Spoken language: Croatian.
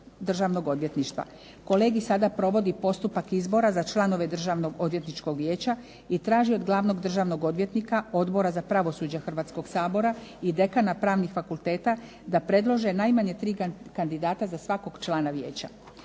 Kolegij sada provodi postupak izbora za članove Državno-odvjetničkog vijeća i traži od glavnog državnog odvjetnika, Odbora za pravosuđe Hrvatskog sabora i dekana Pravnih fakulteta da predlože najmanje tri kandidata za svakog člana vijeća.